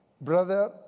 brother